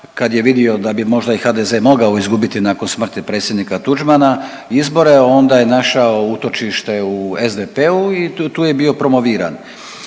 Kad je vidio da bi možda i HDZ mogao izgubiti nakon smrti predsjednika Tuđmana izbore onda je našao utočište u SDP-u i tu je bio promoviran.